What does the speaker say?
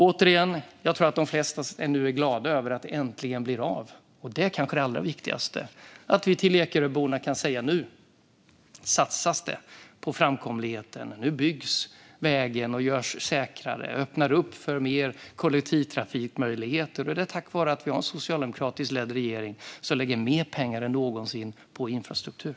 Återigen: Jag tror att de flesta nu är glada över att detta äntligen blir av. Det är kanske det allra viktigaste - att vi nu kan säga till Ekeröborna: Nu satsas det på framkomligheten. Nu byggs vägen och görs säkrare. Nu öppnas det upp för mer kollektivtrafikmöjligheter. Det är tack vare att vi har en socialdemokratiskt ledd regering som lägger mer pengar än någonsin på infrastruktur.